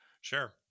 Sure